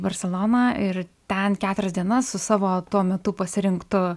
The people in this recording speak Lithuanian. barseloną ir ten keturias dienas su savo tuo metu pasirinktu